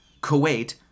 Kuwait